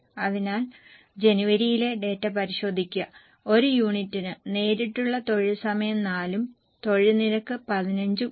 അതിനാൽ ജനുവരിയിലെ ഡാറ്റ പരിശോധിക്കുക ഒരു യൂണിറ്റിന് നേരിട്ടുള്ള തൊഴിൽ സമയം 4 ഉം തൊഴിൽ നിരക്ക് 15 ഉം ആണ്